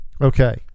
okay